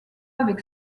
avec